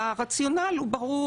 הרציונל הוא ברור.